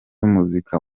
muzika